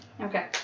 Okay